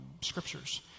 scriptures